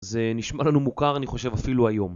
זה נשמע לנו מוכר אני חושב אפילו היום